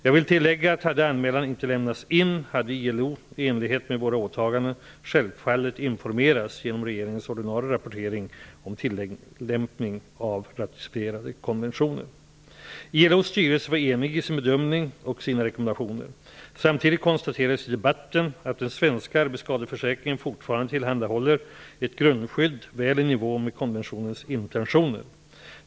Jag vill tillägga att om anmälan inte hade lämnats in hade ILO, i enlighet med våra åtaganden, självfallet informerats genom regeringens ordinarie rapportering om tillämpningen av ratificerade konventioner. ILO:s styrelse var enig i sin bedömning och sina rekommendationer. Samtidigt konstaterades i debatten att den svenska arbetsskadeförsäkringen fortfarande tillhandahåller ett grundskydd väl i nivå med konventionens intentioner.